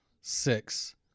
six